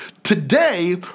Today